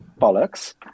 bollocks